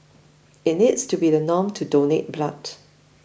it needs to be the norm to donate blood